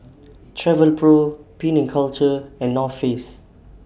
Travelpro Penang Culture and North Face